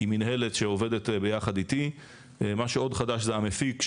עם מינהלת שעובדת ביחד איתי; מה שעוד חדש זה המפיק,